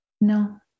No